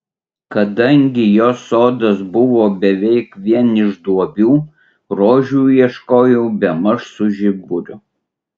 kadangi jos sodas buvo beveik vien iš duobių rožių ieškojau bemaž su žiburiu